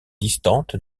distante